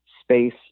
space